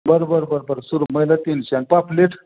बरं बरं बरं बरं सुरमईला तीनशे आणि पापलेट